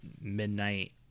midnight